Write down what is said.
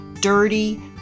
dirty